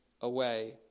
away